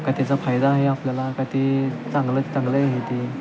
का त्याचा फायदा आहे आपल्याला का ते चांगलं चांगलं आहे ते